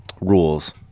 rules